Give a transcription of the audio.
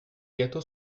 gâteaux